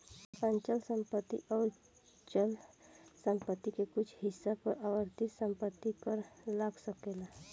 अचल संपत्ति अउर चल संपत्ति के कुछ हिस्सा पर आवर्ती संपत्ति कर लाग सकेला